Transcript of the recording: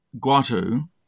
Guato